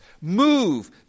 move